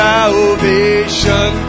Salvation